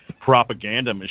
propaganda